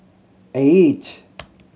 eight